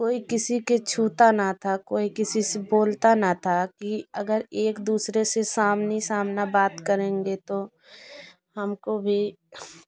कोई किसी की छूता ना था किसी से बोलता ना था कि अगर एक दूसरे से सामने सामना बात करेंगे तो हमको भी